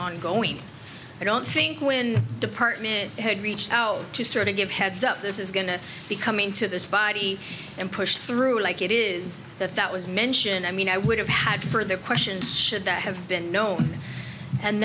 ongoing i don't think when the department had reached out to sort of give heads up this is going to be coming to this body and push through like it is that that was mentioned i mean i would have had further questions should that have been known and